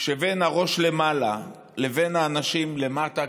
שבין הראש למעלה לבין האנשים למטה,